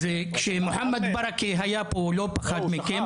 אז כשמוחמד בארכה היה פה לא פחד מכם.